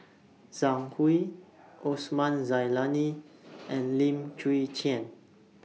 Zhang Hui Osman Zailani and Lim Chwee Chian